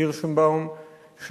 שזה הוא וחברת הכנסת פניה קירשנבאום.